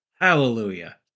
Hallelujah